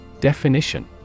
Definition